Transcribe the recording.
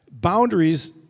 boundaries